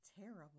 terrible